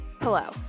Hello